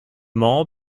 mall